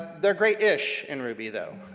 they're great-ish in ruby though.